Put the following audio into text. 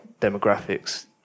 demographics